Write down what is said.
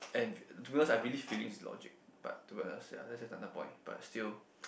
and to be honest I believe feelings is logic but to be honest ya that's another point but still